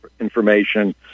information